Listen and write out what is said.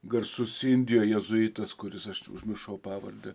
garsus indijoj jėzuitas kuris aš užmiršau pavardę